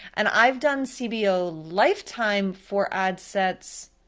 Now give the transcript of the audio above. and i've done cbo lifetime for ad sets,